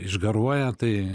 išgaruoja tai